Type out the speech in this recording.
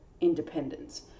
independence